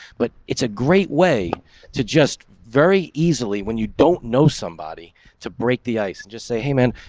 but it's a great way to just very easily when you don't know somebody to break the ice and just say, hey, man,